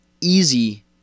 Easy